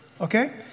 okay